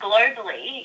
Globally